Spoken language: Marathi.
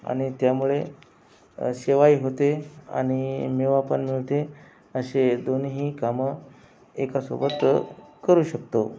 आणि त्यामुळे सेवाही होते आणि मेवा पण मिळते असे दोन्हीही कामं एकासोबत करू शकतो